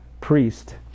priest